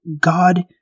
God